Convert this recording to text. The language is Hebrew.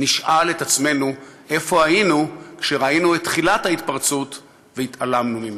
נשאל את עצמנו איפה היינו כשראינו את תחילת ההתפרצות והתעלמנו ממנה.